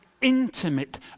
intimate